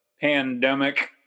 pandemic